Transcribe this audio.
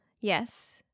Yes